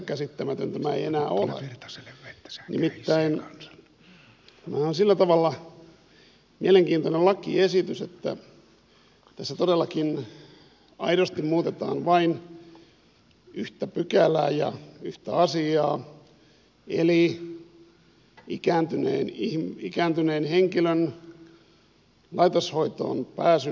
nimittäin tämä on sillä tavalla mielenkiintoinen lakiesitys että tässä todellakin aidosti muutetaan vain yhtä pykälää ja yhtä asiaa eli ikääntyneen henkilön laitoshoitoon pääsyn edellytystä